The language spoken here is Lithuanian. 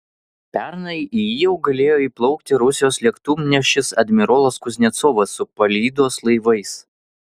pernai į jį jau galėjo įplaukti rusijos lėktuvnešis admirolas kuznecovas su palydos laivais